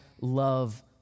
love